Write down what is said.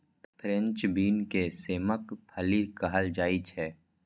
French bean के सेमक फली कहल जाइ छै